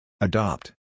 Adopt